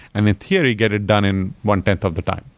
and in theory get it done in one tenth of the time.